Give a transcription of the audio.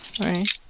Right